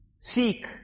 seek